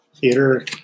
theater